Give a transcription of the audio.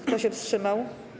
Kto się wstrzymał?